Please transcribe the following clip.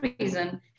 reason